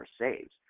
saves